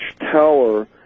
tower